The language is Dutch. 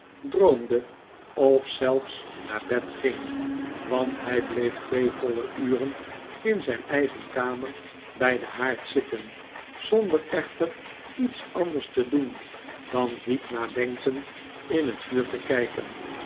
droomde of zelfs naar bed ging want hij bleef twee voile uren in zijn eigen kamer bij den haard zitten zonder echter iets anders te doen dan diep nadenkend in het vuur te kijken